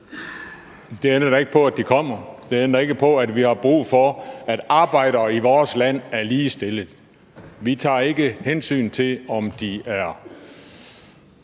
Det ændrer da ikke ved, at de kommer; det ændrer ikke ved, at vi har brug for, at arbejdere i vores land er ligestillede. Vi tager ikke hensyn til, om de er